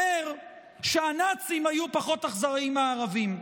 אומר שהנאצים היו פחות אכזריים מהערבים.